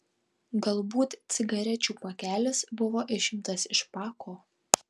galbūt cigarečių pakelis buvo išimtas iš pako